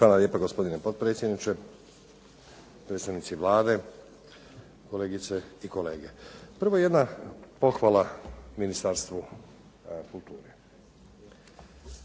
Hvala lijepa. Gospodine potpredsjedniče, predstavnici Vlade, kolegice i kolege. Prvo jedna pohvala Ministarstvu kulture.